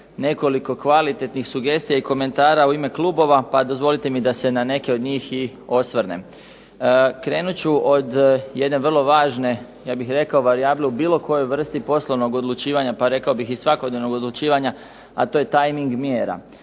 nekoliko kvalitetnih sugestija i komentara u ime klubova, pa dozvolite mi da se na neke od njih i osvrnem. Krenut ću od jedne vrlo važne ja bih rekao varijable u bilo kojoj vrsti poslovnog odlučivanja, pa rekao bih i svakodnevnog odlučivanja, a to je "timing" mjera,